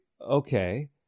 okay